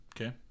Okay